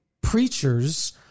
preachers